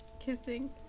kissing